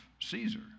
Caesar